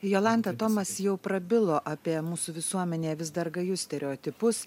jolanta tomas jau prabilo apie mūsų visuomenėje vis dar gajus stereotipus